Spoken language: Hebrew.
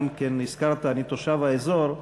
גם כן הזכרת שאני תושב האזור.